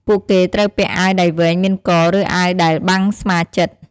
ពួកគេត្រូវពាក់អាវដៃវែងមានក ឬ អាវដែលបាំងស្មាជិត។